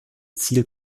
ziel